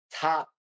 top